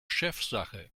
chefsache